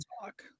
talk